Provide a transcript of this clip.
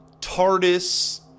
TARDIS